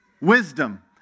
Wisdom